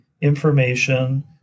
information